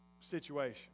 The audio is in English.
situation